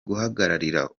guhagararira